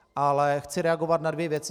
Ale chci reagovat na dvě věci.